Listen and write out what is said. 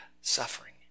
suffering